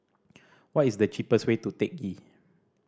what is the cheapest way to Teck Ghee